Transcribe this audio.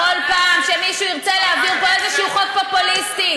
בכל פעם שמישהו ירצה להעביר פה איזה חוק פופוליסטי